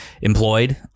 employed